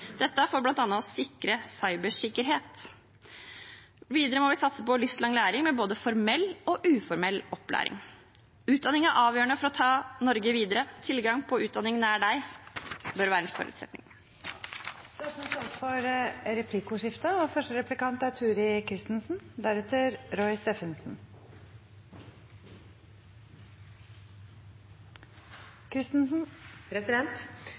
dette bl.a. for å sikre cybersikkerhet. Videre må vi satse på livslang læring med både formell og uformell opplæring. Utdanning er avgjørende for å ta Norge videre. Tilgang på utdanning nær deg bør være en forutsetning. Det blir replikkordskifte. En av de store utfordringene i Skole-Norge er